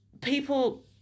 people